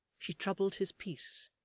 she troubled his peace.